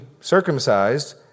circumcised